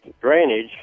drainage